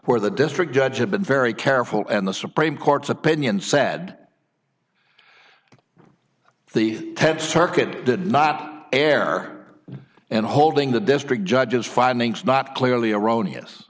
where the district judge had been very careful and the supreme court's opinion said the tenth circuit did not air and holding the district judge's findings not clearly erroneous